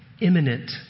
imminent